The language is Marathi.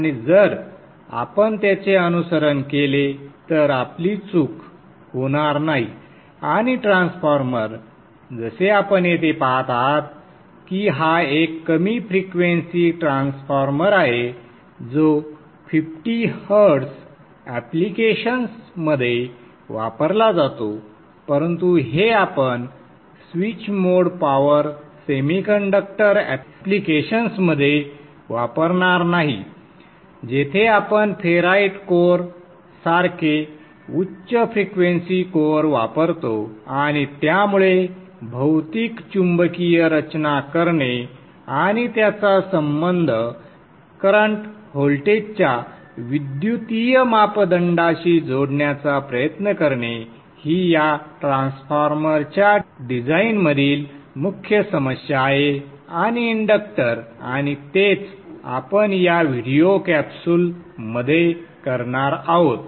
आणि जर आपण त्यांचे अनुसरण केले तर आपली चूक होणार नाही आणि ट्रान्सफॉर्मर जसे आपण येथे पहात आहात की हा एक कमी फ्रिक्वेंसी ट्रान्सफॉर्मर आहे जो 50 हर्ट्झ ऍप्लिकेशन्समध्ये वापरला जातो परंतु हे आपण स्विच मोड पॉवर सेमीकंडक्टर ऍप्लिकेशन्समध्ये वापरणार नाही जेथे आपण फेराइट कोअर सारखे उच्च फ्रिक्वेंसी कोअर वापरतो आणि त्यामुळे भौतिक चुंबकीय रचना करणे आणि त्याचा संबंध करंट व्होल्टेजच्या विद्युतीय मापदंडांशी जोडण्याचा प्रयत्न करणे ही या ट्रान्सफॉर्मरच्या डिझाइनमधील मुख्य समस्या आहे आणि इंडक्टर आणि तेच आपण या व्हिडिओ कॅप्सूलमध्ये करणार आहोत